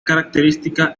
característica